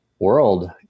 world